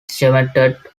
cemented